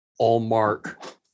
Allmark –